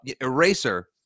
eraser